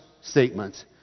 statements